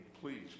Please